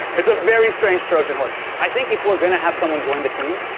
it's a very strange trojan horse. i think if we're gonna have someone join the team